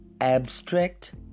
abstract